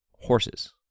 horses